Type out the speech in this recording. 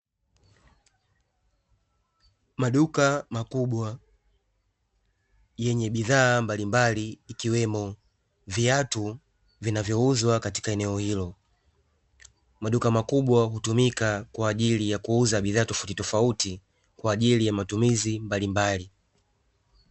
Maduka makubwa yenye bidhaa mbalimbali, ikiwemo viatu vinavyouzwa katika eneo hilo. Maduka makubwa hutumika kwa ajili ya kuuza bidhaa tofauti tofauti, kwa ajili ya matumizi mbalimbali.